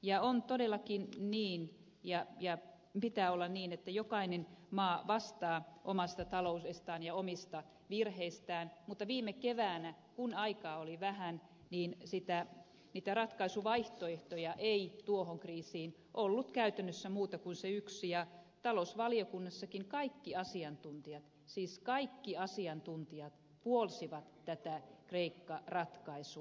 ja on todellakin niin ja pitää olla niin että jokainen maa vastaa omasta taloudestaan ja omista virheistään mutta viime keväänä kun aikaa oli vähän niitä ratkaisuvaihtoehtoja ei tuohon kriisiin ollut käytännössä muita kuin se yksi ja talousvaliokunnassakin kaikki asiantuntijat siis kaikki asiantuntijat puolsivat tätä kreikka ratkaisua